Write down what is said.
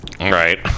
Right